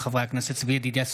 מאת חבר הכנסת אליהו רביבו,